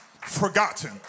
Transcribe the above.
forgotten